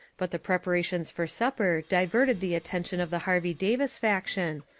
but the preparations for supper diverted the attention of the harvey davis faction,